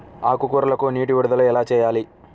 ఆకుకూరలకు నీటి విడుదల ఎలా చేయాలి?